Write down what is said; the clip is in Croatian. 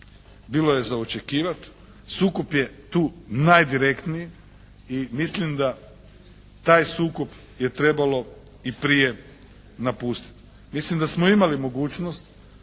Bilo je za očekivati, sukob je tu najdirektniji i mislim da taj sukob je trebalo i prije napustiti. Mislim da smo imali mogućnost